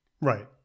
Right